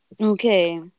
Okay